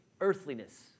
earthliness